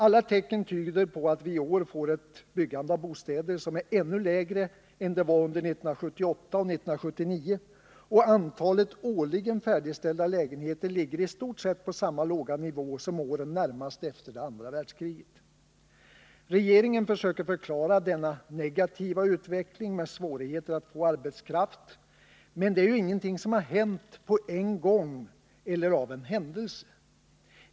Alla tecken tyder på att vi i år får ett byggande av bostäder som är ännu lägre än vad det var under 1978 och 1979. Antalet årligen färdigställda lägenheter ligger i stort sett på samma låga nivå som åren närmast efter det andra världskriget. Regeringen försöker förklara denna negativa utveckling med svårigheter att få arbetskraft, men det är ju ingenting som har hänt på en gång eller av en händelse.